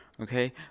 Okay